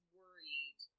worried